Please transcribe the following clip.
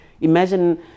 imagine